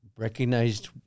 recognized